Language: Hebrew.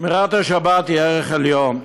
שמירת השבת היא ערך עליון.